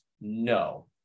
No